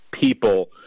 people